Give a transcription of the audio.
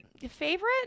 Favorite